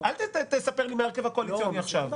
אל תספר לי מה ההרכב הקואליציוני עכשיו.